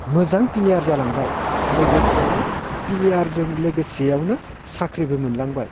मोजां प्लेयार जालांबाय लोगोसेयावनो प्लेयारजों लोगोसेयावनो साख्रिबो मोनलांबाय